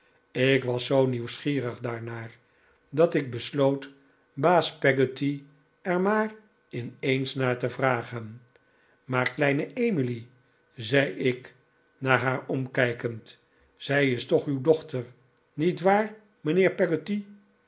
ik was zoo nieuwsgierig daarnaar dat ik besloot baas peggotty er maar in eens naar te vragen r maar kleine emily zei ik naar naar omkijkend zij is toch uw dochter niet waar mijnheer